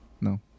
No